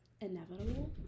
inevitable